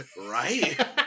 right